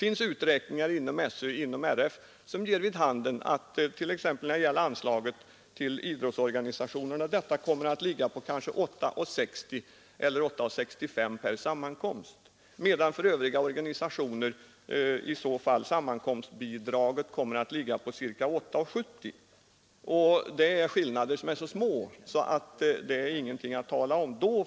Inom SÖ och RF finns uträkningar som ger vid handen att t.ex. anslaget till idrottsorganisationerna kommer att ligga på 8:60—8:65 kronor per sammankomst, medan för övriga organisationer sammankomstbidraget kommer att uppgå till cirka 8:70 kronor. Dessa skillnader är så små att det inte är någonting att tala om.